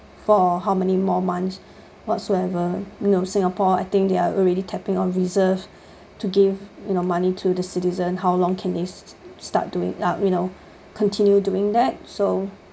for how many more months whatsoever you know singapore I think they're already tapping on reserve to give you know money to the citizen how long can this start doing ah you know continue doing that so